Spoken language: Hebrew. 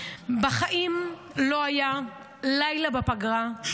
בחיים לא היה לילה בפגרה,